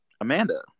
Amanda